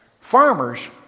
farmers